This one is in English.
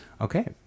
Okay